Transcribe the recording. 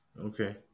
Okay